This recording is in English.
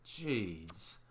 Jeez